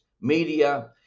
media